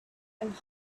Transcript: and